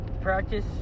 practice